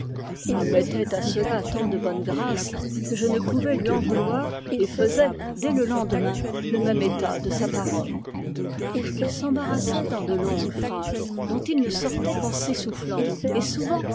il mettait à cela tant de bonne grâce que je ne pouvais lui en vouloir et faisais dès le lendemain le même état de sa parole il s'embarrassait en de longues phrases dont il ne sortait qu'en s'essoufflant et souvent